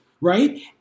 right